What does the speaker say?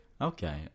Okay